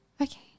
Okay